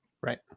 Right